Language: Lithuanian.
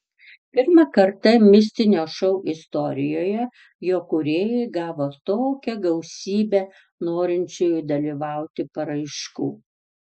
pirmą kartą mistinio šou istorijoje jo kūrėjai gavo tokią gausybę norinčiųjų dalyvauti paraiškų